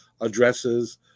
addresses